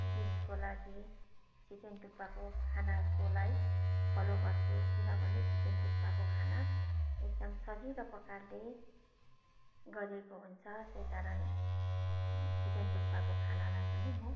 disco लागि छिचेन डुक्पाको खाना सोलाई फलो गर्छु किनभने छिचेन डुक्पाको खाना एकदम सजिलो प्रकारले गरिएको हुन्छ त्यही कारण छिचेन डुक्पाको खानालाई पनि म